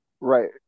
Right